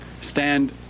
stand